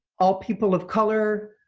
all people of color,